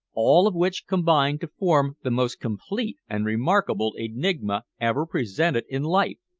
all of which combined to form the most complete and remarkable enigma ever presented in life.